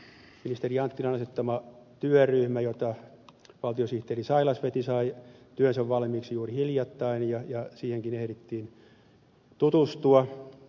ministeri anttilan asettama työryhmä jota valtiosihteeri sailas veti sai työnsä valmiiksi juuri hiljattain ja siihenkin ehdittiin tutustua